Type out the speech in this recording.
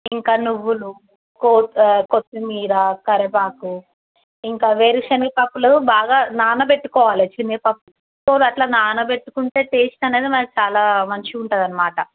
ఇంకా నువ్వులు కో కొత్తిమీర కరివేపాకు ఇంకా వేరుశనగ పప్పులు బాగా నానబెట్టుకోవాలి శనగపప్పు సో అట్లా నానబెట్టుకుంటే టెస్ట్ అనేది మనకు చాలా మంచిగా ఉంటుంది అన్నమాట